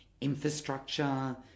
infrastructure